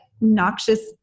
noxious